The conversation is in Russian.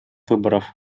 выборов